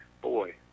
boy